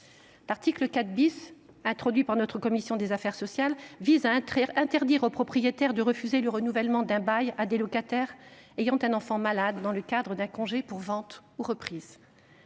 L’article 4 , introduit par notre commission des affaires sociales, interdit au propriétaire de refuser le renouvellement d’un bail à des locataires ayant un enfant malade dans le cadre d’un congé pour vente ou reprise.